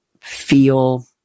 feel